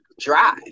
Drive